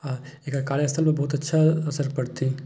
आ एकर कार्यस्थल पर बहुत अच्छा असर पड़तै